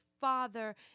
father